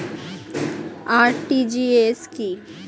RTGS কি?